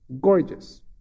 gorgeous